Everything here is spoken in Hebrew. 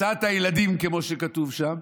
הצעת הילדים, כמו שכתוב שם,